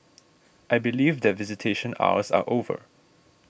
I believe that visitation hours are over